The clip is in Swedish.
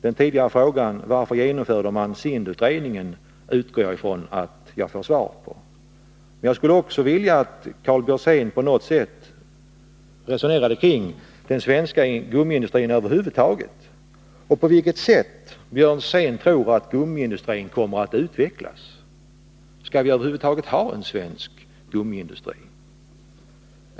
Den tidigare frågan, varför man genomförde SIND-utredningen, utgår jag från att jag får svar på. Jag skulle också vilja att Karl Björzén på något sätt resonerade kring den svenska gummiindustrins möjligheter över huvud taget och talade om på vilket sätt han tror att gummiindustrin kommer att utvecklas. Den andra frågan är därför: Skall vi över huvud taget ha en svensk gummiindustri?